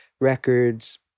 records